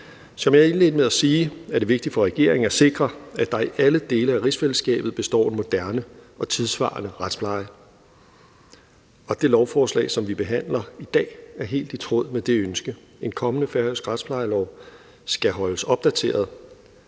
Som jeg indledte med at sige, er det vigtigt for regeringen at sikre, at der i alle dele af rigsfællesskabet består en moderne og tidssvarende retspleje. Og det lovforslag, som vi behandler i dag, er helt i tråd med det ønske. En kommende færøsk retsplejelov skal holdes opdateret,